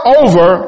over